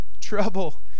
trouble